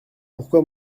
pourquoi